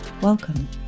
welcome